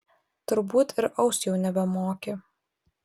turbūt ir aust jau nebemoki